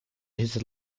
his